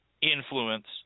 influence